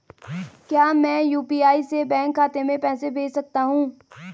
क्या मैं यु.पी.आई से बैंक खाते में पैसे भेज सकता हूँ?